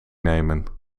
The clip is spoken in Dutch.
nemen